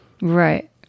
Right